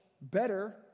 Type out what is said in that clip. better